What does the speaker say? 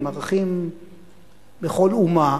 הם ערכים בכל אומה,